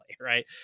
right